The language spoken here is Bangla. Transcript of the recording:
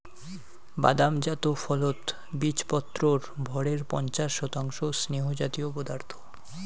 বাদাম জাত ফলত বীচপত্রর ভরের পঞ্চাশ শতাংশ স্নেহজাতীয় পদার্থ